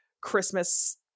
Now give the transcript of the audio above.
Christmas